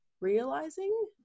realizing